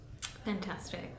Fantastic